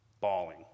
bawling